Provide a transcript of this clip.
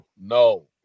No